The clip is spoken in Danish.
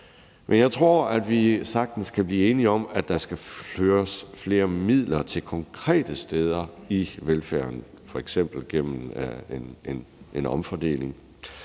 Men jeg tror, at vi sagtens kan blive enige om, at der skal føres flere midler til konkrete steder i velfærden, f.eks. gennem en omfordeling,